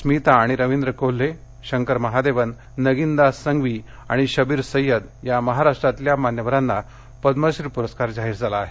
स्मिता आणि रवींद्र कोल्हे शंकर महादेवन नगीनदास संगवी आणि शबीर सय्यद या महाराष्ट्रातल्या मान्यवरांना पद्मश्री पुरस्कार जाहीर झाला आहे